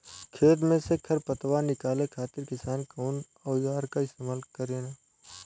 खेत में से खर पतवार निकाले खातिर किसान कउना औजार क इस्तेमाल करे न?